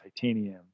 titanium